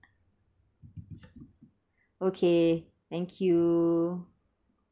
okay thank you